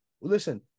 listen